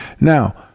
Now